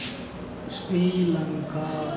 Sri Lanka